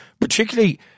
Particularly